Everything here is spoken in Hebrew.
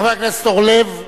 חבר הכנסת אורלב,